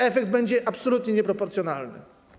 Efekt będzie absolutnie nieproporcjonalny.